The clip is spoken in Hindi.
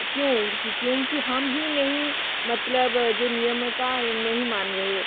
क्यों क्योंकि हम ही नहीं मतलब जो नियम का नहीं मान रहे